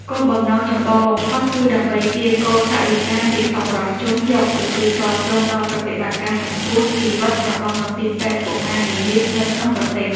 គោលបំណងចម្បងបំផុតគឺដើម្បីកៀរគរថវិកាពីសប្បុរសជនយកទៅជួយទ្រទ្រង់ដល់ប្រតិបត្តិការសង្គ្រោះជីវិតរបស់មន្ទីរពេទ្យកុមារនានានៅក្នុងប្រទេស។